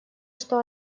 что